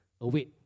await